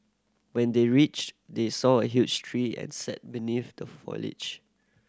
when they reached they saw a huge tree and sat beneath the foliage